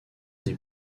des